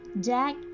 Jack